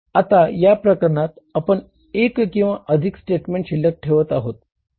आता या प्रकरणात आपण एक किंवा अधिक स्टेटमेंट शिल्लक ठेवत आहोत